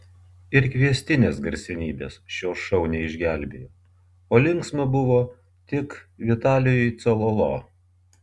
ir kviestinės garsenybės šio šou neišgelbėjo o linksma buvo tik vitalijui cololo